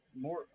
More